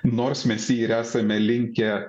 nors mes jį ir esame linkę